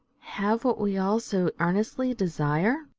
have what we all so earnestly desire?